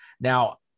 Now